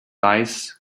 eyes